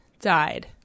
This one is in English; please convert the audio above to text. died